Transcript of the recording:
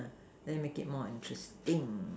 then make it more interesting